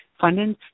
funding